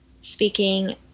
speaking